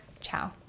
ciao